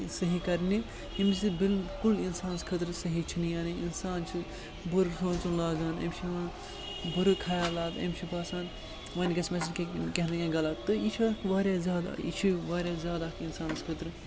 صحیح کَرنہِ یِم زِ بلکل اِنسانَس خٲطرٕ صحیح چھِنہٕ یعنی اِنسان چھِ بُرٕ سونٛچُن لاگان أمِس چھِ یِوان بُرٕ خیالات أمِس چھِ باسان وۄنۍ گژھِ مےٚ سۭتۍ کینٛہہ کینٛہہ نَہ تہٕ کیںٛہہ غلط تہٕ یہِ چھُ واریاہ زیادٕ یہِ چھِ واریاہ زیادٕ اَکھ اِنسانَس خٲطرٕ